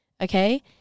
Okay